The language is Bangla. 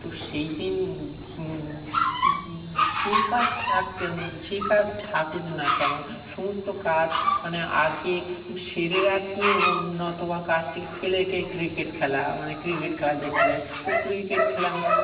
তো সেই দিন যে কাজ থাক যে কাজ থাকুক না কেন সমস্ত কাজ মানে আগে সেরে রাখি অথবা কাজটিকে ফেলে রেখে ক্রিকেট খেলা মানে ক্রিকেট খেলা দেখতে যায় তো ক্রিকেট খেলা আমার